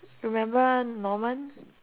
remember norman